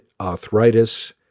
arthritis